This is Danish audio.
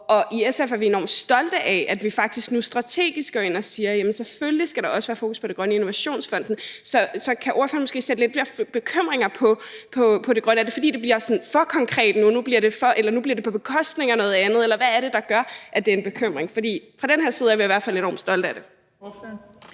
Og i SF er vi enormt stolte af, at vi faktisk nu strategisk går ind og siger, at jamen selvfølgelig skal der også være fokus på det grønne i Innovationsfonden. Så kan ordføreren måske sætte lidt flere ord på bekymringerne om det grønne? Er det, fordi det bliver sådan for konkret nu, og at det nu bliver på bekostning af noget andet, eller hvad er det, der gør, at det er en bekymring? For fra den her side af er vi i hvert fald enormt stolte af det.